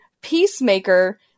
Peacemaker